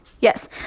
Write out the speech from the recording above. yes